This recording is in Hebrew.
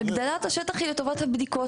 הגדלת השטח היא לטובת הבדיקות.